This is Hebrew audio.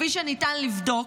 כפי שניתן לבדוק,